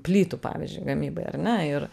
plytų pavyzdžiui gamybai ar ne ir